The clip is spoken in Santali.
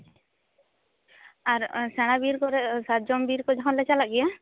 ᱟᱨ ᱥᱮᱬᱟ ᱵᱤᱨ ᱠᱚᱨᱮ ᱥᱟᱨᱡᱚᱢ ᱵᱤᱨ ᱠᱚ ᱡᱟᱦᱟᱸ ᱞᱮ ᱪᱟᱞᱟᱜ ᱜᱮᱭᱟ